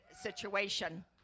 situation